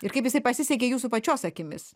ir kaip jisai pasisekė jūsų pačios akimis